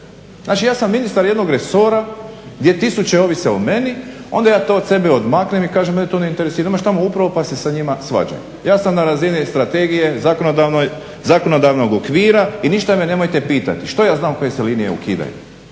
Znači ja sam ministar jednog resora gdje tisuće ovise o mene, onda ja to od sebe odmaknem i kažem mene to ne interesira, imaš tamo upravu pa se sa njima svađaj. Ja sam na razini strategije zakonodavnog okvira i ništa me nemojte pitati, što ja znam koje se linije ukidaju.